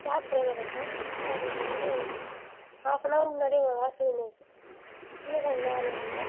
gap டிரைவரா sir sir நீங்கள் வந்து ஹாஃப் அன் அவர் முன்னாடியே உங்களை வர சொல்லியிருந்தேன் சார் ஏ சார் இன்னும் வரல நீங்கள்